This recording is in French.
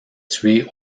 tué